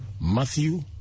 Matthew